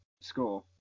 score